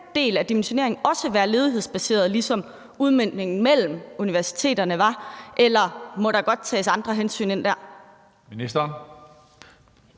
Skal den del af dimensioneringen også være ledighedsbaseret, ligesom udmøntningen mellem universiteterne var det, eller må der godt tages andre hensyn ind der?